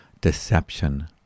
deception